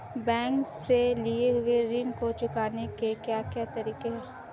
Bank से लिए हुए ऋण को चुकाने के क्या क्या तरीके हैं?